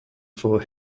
for